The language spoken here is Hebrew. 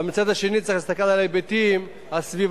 אבל מהצד השני צריך להסתכל על ההיבטים הסביבתיים,